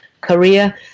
Korea